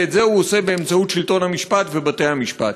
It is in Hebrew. ואת זה הוא עושה באמצעות שלטון המשפט ובתי-המשפט.